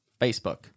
Facebook